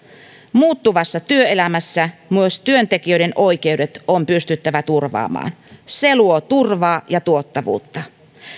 muuttuvassa työelämässä myös työntekijöiden oikeudet on pystyttävä turvaamaan se luo turvaa ja tuottavuutta